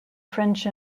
french